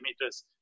meters